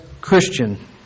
Christian